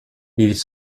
ils